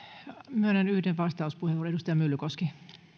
myönnän yhden vastauspuheenvuoron edustaja myllykoski